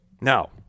Now